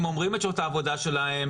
הם אומרים את שעות העבודה שלהם,